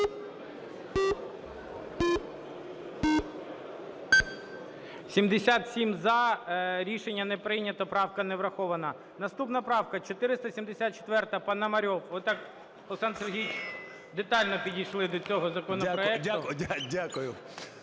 За-77 Рішення не прийнято. Правка не врахована. Наступна правка 474, Пономарьов. Ви так, Олександр Сергійович, детально підійшли до цього законопроекту.